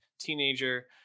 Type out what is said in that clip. teenager